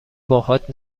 باهات